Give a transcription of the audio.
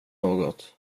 något